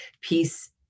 peace